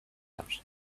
out